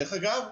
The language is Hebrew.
דרך אגב,